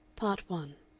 part one